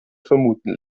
vermuten